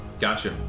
Gotcha